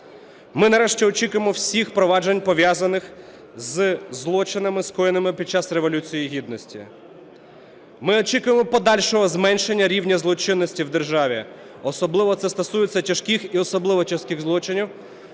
Ми нарешті очікуємо всіх проваджень, пов'язаних з злочинами, скоєними під час Революції Гідності. Ми очікуємо подальшого зменшення рівня злочинності в державі, особливо це стосується тяжких і особливо тяжких злочинів,